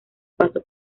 paso